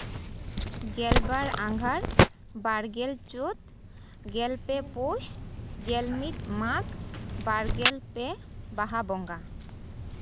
ᱜᱮᱞᱵᱟᱨ ᱟᱜᱷᱟᱬ ᱵᱟᱨᱜᱮᱞ ᱪᱟᱹᱛ ᱜᱮᱞ ᱯᱮ ᱯᱳᱥ ᱜᱮᱞ ᱢᱤᱫ ᱢᱟᱜᱽ ᱵᱟᱨᱜᱮᱞ ᱯᱮ ᱵᱟᱦᱟ ᱵᱚᱸᱜᱟ